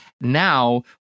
now